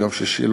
ביום שישי,